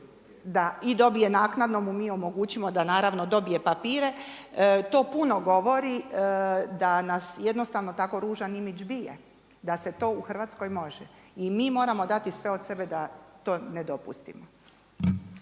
da, i dobije naknadno mu mi omogućimo da naravno, dobije papire, to puno govori da nas jednostavan takav ružan bije. Da se to u Hrvatskoj može i mi moramo dati sve od sebe da to ne dopustimo.